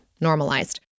normalized